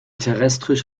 terrestrisch